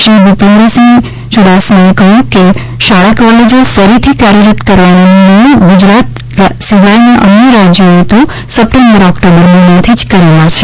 શ્રી ભૂપેન્દ્રસિંહજીએ કહ્યું કે શાળા કોલેજો ફરીથી કાર્યરત કરવાના નિર્ણયો ગુજરાત સિવાયના અન્ય રાજ્યોએ તો સપ્ટેમ્બર ઓકટોબર મહિનાથી જ કરેલા છે